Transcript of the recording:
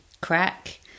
crack